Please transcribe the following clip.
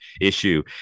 issue